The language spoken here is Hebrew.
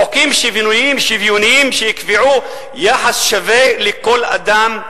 חוקים שוויוניים שיקבעו יחס שווה לכל אדם,